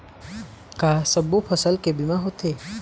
का सब्बो फसल के बीमा होथे?